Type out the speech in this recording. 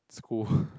school